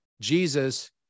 Jesus